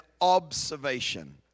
observation